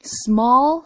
，small